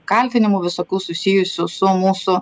kaltinimų visokių susijusių su mūsų